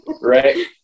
Right